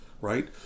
right